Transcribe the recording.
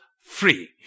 free